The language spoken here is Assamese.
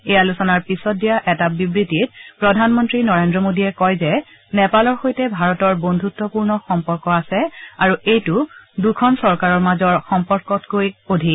এই আলোচনাৰ পাছত এটা বিবৃতিত প্ৰধানমন্ত্ৰী নৰেন্দ্ৰ মোডীয়ে কয় যে নেপালৰ সৈতে ভাৰতৰ বন্ধুত্বপূৰ্ণ সম্পৰ্ক আছে আৰু এইটো দুখন চৰকাৰৰ মাজৰ সম্পৰ্কতকৈ অধিক